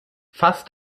fast